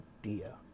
idea